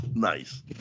nice